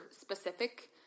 specific